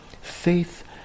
faith